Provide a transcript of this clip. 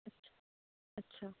अच्छा